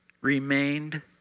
remained